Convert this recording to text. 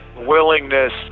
willingness